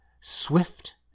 Swift